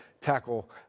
tackle